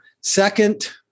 Second